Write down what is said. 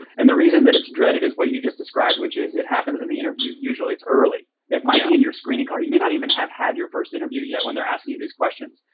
and the reason that it's dreaded is what you just described which is it happens in the interview. usually it's early. it might be in your screening card. you may not even have had your first interview yet when they're asking you these questions.